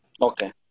Okay